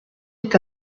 est